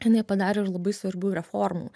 jinai padarė ir labai svarbių reformų